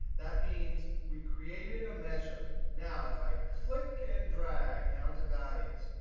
that means we created a measure. now, if i click and drag down to values,